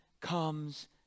comes